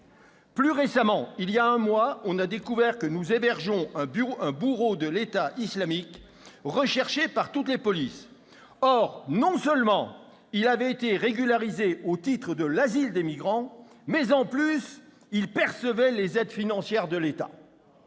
Plus récemment, il y a un mois, on a découvert que nous hébergions un bourreau de l'État islamique recherché par toutes les polices. Or, non seulement il avait été régularisé au titre de l'asile des migrants, mais en plus il percevait les aides financières de l'État